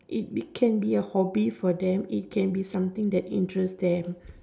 it be can be a hobby for them it can be something that interests them